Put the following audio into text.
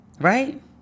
Right